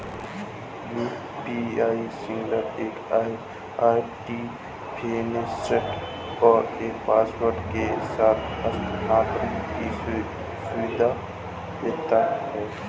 UPI single identification और एक password के साथ हस्थानांतरण की सुविधा देता है